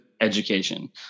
education